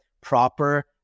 proper